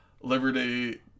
Liberty